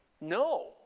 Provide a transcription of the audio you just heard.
No